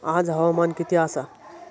आज हवामान किती आसा?